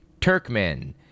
Turkmen